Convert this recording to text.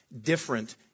different